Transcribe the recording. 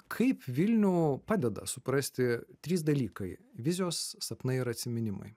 kaip vilnių padeda suprasti trys dalykai vizijos sapnai ir atsiminimai